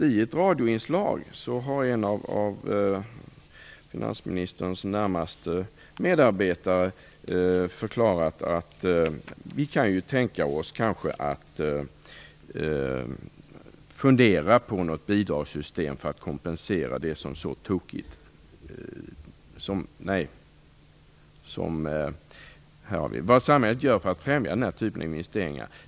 I ett radioinslag för några veckor sedan har en av finansministerns närmaste medarbetare förklarat att man kan tänka sig något bidragssystem för att främja den här typen av investeringar.